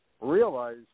realize